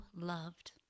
loved